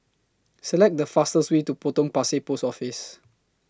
Select The fastest Way to Potong Pasir Post Office